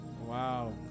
Wow